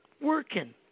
working